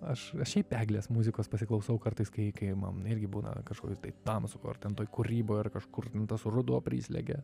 aš šiaip eglės muzikos pasiklausau kartais kai kai mam irgi būna kažkokios tai pam sakau ar ten toj kūryboj ar kažkur nu tas ruduo prislegia